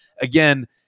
again